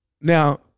Now